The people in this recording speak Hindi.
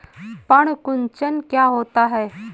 पर्ण कुंचन क्या होता है?